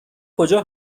کجا